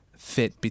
fit